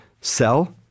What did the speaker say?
sell